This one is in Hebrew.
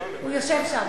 הוא יושב שם,